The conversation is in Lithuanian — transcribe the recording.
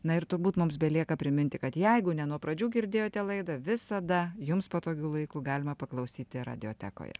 na ir turbūt mums belieka priminti kad jeigu ne nuo pradžių girdėjote laidą visada jums patogiu laiku galima paklausyti radiotekoje